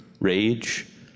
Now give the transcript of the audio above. rage